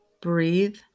breathe